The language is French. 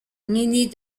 gminy